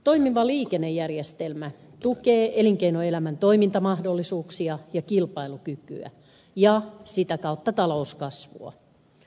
toimiva liikennejärjestelmä tukee elinkeinoelämän toimintamahdollisuuksia ja kilpailukykyä ja sitä kautta talouskasvua